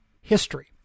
history